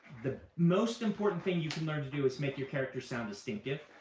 the most important thing you can learn to do is make your character sound distinctive.